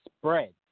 spread